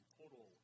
total